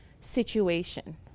situation